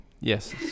Yes